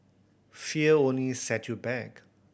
fear only set you back